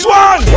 one